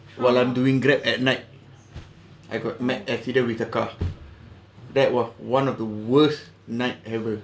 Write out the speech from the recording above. while I'm doing grab at night I got mad accident with a car that was one of the worst night ever